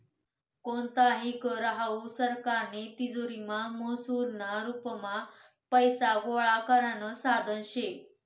कोणताही कर हावू सरकारनी तिजोरीमा महसूलना रुपमा पैसा गोळा करानं साधन शे